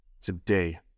today